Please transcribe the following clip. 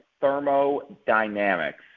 thermodynamics